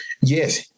Yes